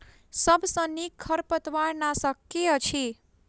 सबसँ नीक खरपतवार नाशक केँ अछि?